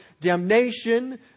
damnation